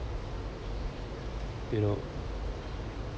you know